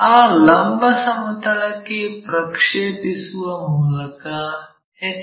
ಆ ಲಂಬ ಸಮತಲಕ್ಕೆ ಪ್ರಕ್ಷೇಪಿಸುವ ಮೂಲಕ ಎಚ್